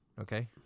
okay